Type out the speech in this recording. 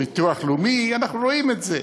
ביטוח לאומי, אנחנו רואים את זה.